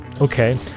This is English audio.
okay